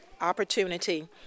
Opportunity